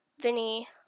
Vinny